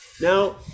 Now